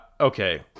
Okay